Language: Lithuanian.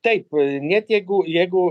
taip net jeigu jeigu